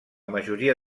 majoria